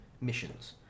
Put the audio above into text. missions